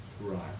Right